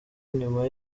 nyuma